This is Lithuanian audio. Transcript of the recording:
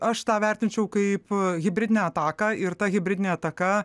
aš tą vertinčiau kaip hibridinę ataką ir ta hibridinė ataka